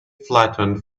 flattened